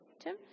Tim